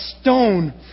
stone